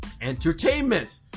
entertainment